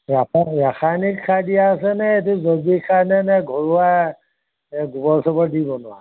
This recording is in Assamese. ৰাসা ৰাসায়নিক সাৰ দিয়া আছেনে এইটো জৈৱিক সাৰনে নে ঘৰুৱা এই গোবৰ চোবৰ দি বনোৱা হয়